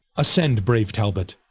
ascend braue talbot,